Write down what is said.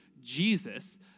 Jesus